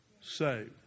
saved